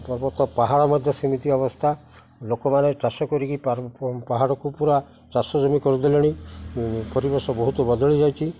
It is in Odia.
ପର୍ବତ ପାହାଡ଼ ମଧ୍ୟ ସେମିତି ଅବସ୍ଥା ଲୋକମାନେ ଚାଷ କରିକି ପାହାଡ଼କୁ ପୁରା ଚାଷ ଜମି କରିଦେଲେଣି ପରିବେଶ ବହୁତ ବଦଳି ଯାଇଛି